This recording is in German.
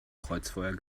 kreuzfeuer